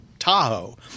Tahoe